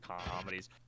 comedies